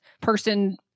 person